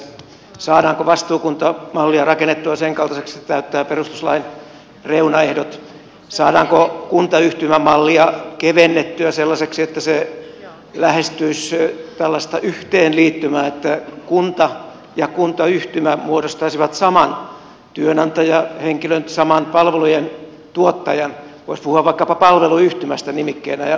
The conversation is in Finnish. saadaanko vastuukuntamallia rakennettua senkaltaiseksi että se täyttää perustuslain reunaehdot saadaanko kuntayhtymämallia kevennettyä sellaiseksi että se lähestyisi tällaista yhteenliittymää että kunta ja kuntayhtymä muodostaisivat saman työnantajahen kilön saman palvelujen tuottajan voisi puhua vaikkapa palveluyhtymästä nimikkeenä